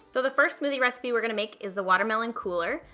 the the first smoothie recipe we're gonna make is the watermelon cooler,